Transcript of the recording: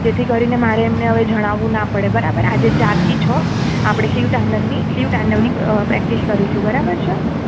જેથી કરીને મારે એમને હવે જણાવવું ના પડે બરાબર આજે ચારથી છ આપણે શિવ તાંડવની શિવ તાંડવની પ્રેક્ટિશ કરીશું બરાબર છે